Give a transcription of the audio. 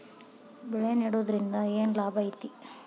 ಬೆಳೆ ನೆಡುದ್ರಿಂದ ಏನ್ ಲಾಭ ಐತಿ?